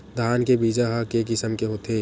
धान के बीजा ह के किसम के होथे?